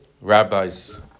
rabbis